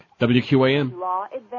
WQAM